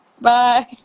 Bye